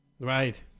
Right